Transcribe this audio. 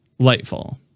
Lightfall